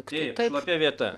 taip šlapia vieta